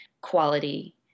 quality